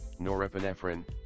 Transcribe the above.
norepinephrine